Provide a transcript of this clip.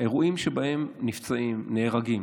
אירועים שבהם נפצעים ונהרגים